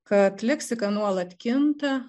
kad leksika nuolat kinta